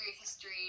history